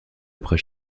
après